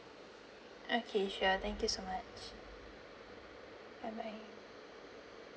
okay sure thank you so much bye bye